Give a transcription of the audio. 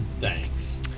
Thanks